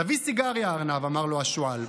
תביא סיגריה, ארנב, אמר לו השועל.